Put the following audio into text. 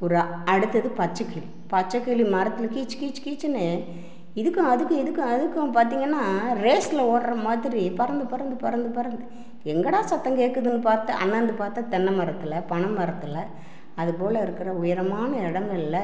புறா அடுத்தது பச்சைக்கிளி பச்சைக்கிளி மரத்தில் கீச் கீச் கீச்ன்னு இதுக்கும் அதுக்கும் இதுக்கும் அதுக்கும் பார்த்திங்கன்னா ரேஸில் ஓடுற மாதிரி பறந்து பறந்து பறந்து பறந்து எங்கேடா சத்தம் கேட்டுகுதுனு பார்த்தா அண்ணாந்து பார்த்தா தென்னை மரத்தில் பனமரத்தில் அது போல் இருக்கிற உயரமான இடங்கள்ல